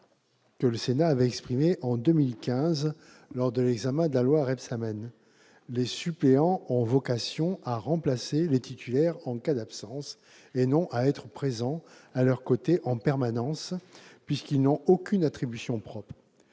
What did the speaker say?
que le Sénat a exprimée dès 2015 lors de l'examen de la loi Rebsamen : les suppléants ont vocation à remplacer les titulaires en cas d'absence, et non à être présents à leurs côtés en permanence, puisqu'ils n'ont aucune attribution propre.